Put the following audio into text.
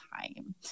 time